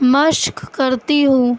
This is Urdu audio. مشق کرتی ہوں